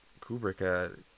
Kubrick